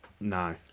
No